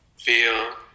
feel